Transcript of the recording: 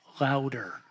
louder